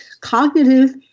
cognitive